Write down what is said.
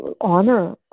honor